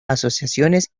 asociaciones